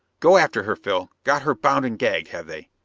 go after her, phil! got her bound and gagged, have they?